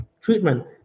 treatment